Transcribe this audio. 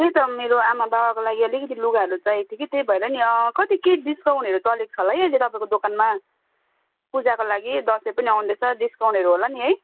त्यही त मेरो आमाबाबाको लागि अलिकति लुगाहरू चाहिएको थियो कि त्यही भएर नि कति के डिस्काउन्टहरू चलेको छ होला है अहिले तपाईँको दोकानमा पूजाको लागि दसैँ पनि आउँदैछ डिस्काउन्टहरू होला नि है